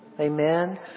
Amen